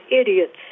idiots